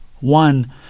One